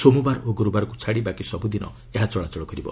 ସୋମବାର ଓ ଗୁରୁବାରକୁ ଛାଡ଼ି ବାକି ସବୁ ଦିନ ଏହା ଚଳାଚଳ କରିବ